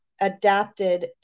adapted